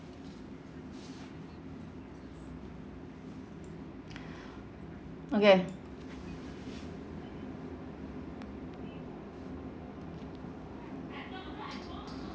okay